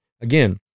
again